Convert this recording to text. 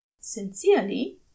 Sincerely